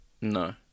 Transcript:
No